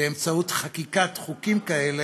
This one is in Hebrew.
באמצעות חקיקת חוקים כאלה,